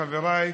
חבריי,